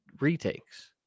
retakes